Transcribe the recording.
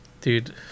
dude